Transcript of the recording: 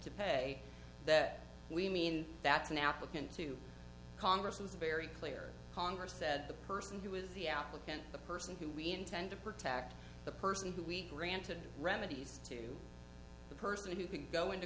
to pay that we mean that's an applicant to congress was very clear congress said the person who is the applicant the person who we intend to protect the person who we granted remedies to the person who can go into